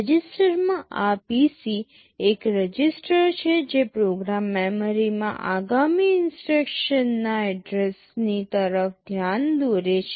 રજિસ્ટરમાં આ PC એક રજિસ્ટર છે જે પ્રોગ્રામ મેમરીમાં આગામી ઇન્સટ્રક્શનના એડ્રેસની તરફ ધ્યાન દોરે છે